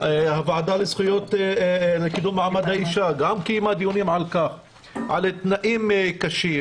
וגם הוועדה לקידום מעמד האישה קיימה על כך דיונים על תנאים קשים,